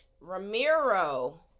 Ramiro